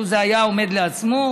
לו זה היה עומד לעצמו,